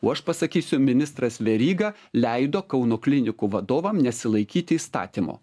o aš pasakysiu ministras veryga leido kauno klinikų vadovam nesilaikyti įstatymo